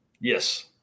Yes